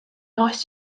nice